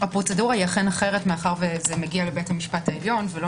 הפרוצדורה היא אכן אחרת כי זה מגיע לבית המשפט העליון ולא